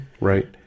right